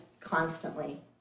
constantly